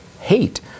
hate